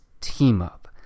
team-up